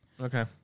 okay